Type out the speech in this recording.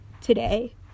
today